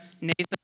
Nathan